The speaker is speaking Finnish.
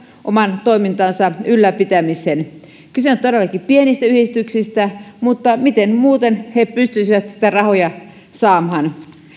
oman toimintansa ylläpitämiseen kyse on todellakin pienistä yhdistyksistä mutta miten muuten ne pystyisivät sitten rahoja saamaan